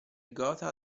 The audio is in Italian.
gotha